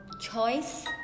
choice